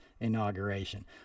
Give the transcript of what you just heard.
inauguration